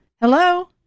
Hello